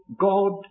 God